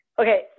Okay